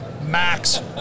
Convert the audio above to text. max